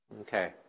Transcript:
Okay